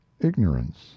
ignorance